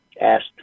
asked